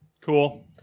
Cool